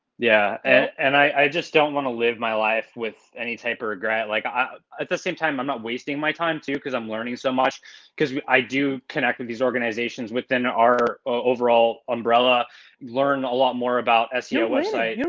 yeah. and i just don't want to live my life with any type of regret. like at the same time, i'm not wasting my time too cause i'm learning so much because i do connect with these organizations within our overall umbrella. we learn a lot more about seo website,